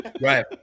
Right